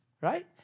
right